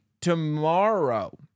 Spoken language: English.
tomorrow